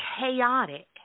chaotic